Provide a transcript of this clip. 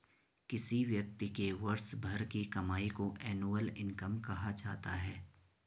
किसी व्यक्ति के वर्ष भर की कमाई को एनुअल इनकम कहा जाता है